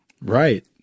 Right